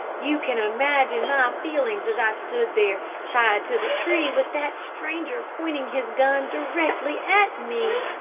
you can imagine my feelings, as i stood there tied to the tree, with that stranger pointing his gun directly at me.